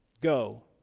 Go